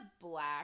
black